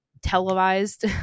televised